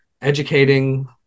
educating